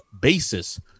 basis